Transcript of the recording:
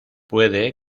puede